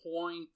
point